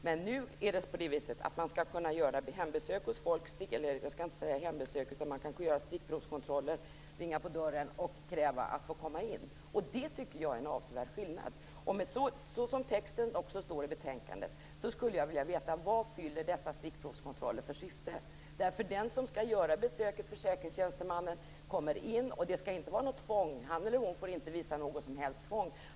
Men nu skall man kunna göra stickprovskontroller, ringa på dörren och kräva att få komma in. Det tycker jag är en avsevärd skillnad. Så som det står i betänkandet skulle jag vilja veta: Vad fyller dessa stickprovskontroller för syfte? Försäkringstjänstemannen som skall göra besöket kommer in. Det skall inte vara något tvång, han eller hon får inte visa något som helst tvång.